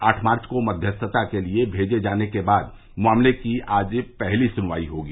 आठ मार्च को मध्यस्थता के लिए भेजे जाने के बाद मामले की आज पहली सुनवाई होगी